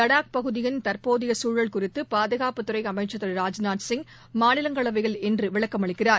வடாக் பகுதியின் தற்போதையசூழல் குறித்துபாதுகாப்புத்துறைஅமைச்சர் திரு ராஜ்நாத் சிங் மாநிலங்களவையில் இன்றுவிளக்கமளிக்கிறார்